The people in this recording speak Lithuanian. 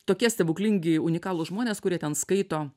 tokie stebuklingi unikalūs žmonės kurie ten skaito